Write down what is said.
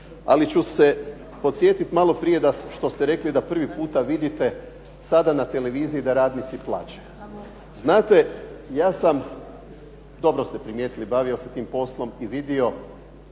Ali ću se podsjetiti maloprije što ste rekli da prvi puta vidite sada na televiziji da radnici plaču. Znate, ja sam dobro ste primijetili bavio se tim poslom i vidio